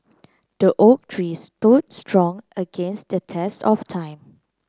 the oak tree stood strong against the test of time